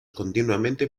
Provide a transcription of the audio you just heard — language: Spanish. continuamente